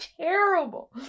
terrible